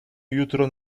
jutro